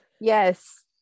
yes